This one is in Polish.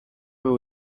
był